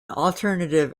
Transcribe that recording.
alternative